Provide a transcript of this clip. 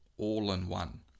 all-in-one